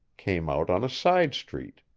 came out on a side street.